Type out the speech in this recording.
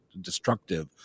destructive